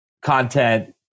content